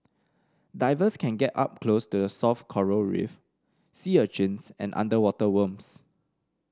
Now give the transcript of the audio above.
divers can get up close the soft coral reef sea urchins and underwater worms